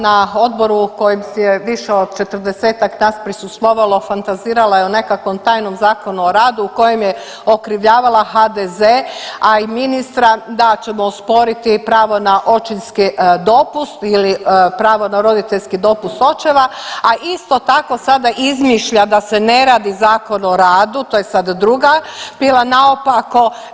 Na odboru u kojem je više od 40-tak nas prisustvovalo fantazirala je o nekakvom tajnom Zakonu o radu u kojem je okrivljavala HDZ, a i ministra da ćemo osporiti pravo na očinski dopust ili pravo na roditeljski dopust očeva, a isto tako sada izmišlja da se ne radi Zakon o radu, to je sad druga pila naopako.